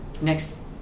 next